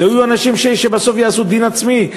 לא יהיו אנשים שבסוף יעשו דין עצמי.